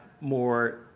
more